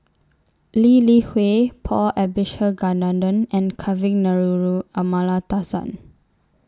Lee Li Hui Paul Abisheganaden and Kavignareru Amallathasan